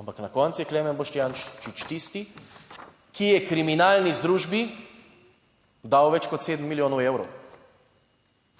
ampak na koncu je Klemen Boštjančič tisti, ki je kriminalni združbi dal več kot sedem milijonov evrov